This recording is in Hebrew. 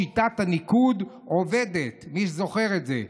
שיטת הניקוד עובדת, מי שזוכר את זה.